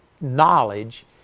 knowledge